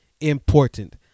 important